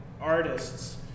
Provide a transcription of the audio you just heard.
artists